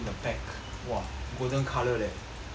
!wah! golden colour leh you see